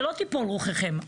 שלא תיפול רוחכם,